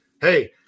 hey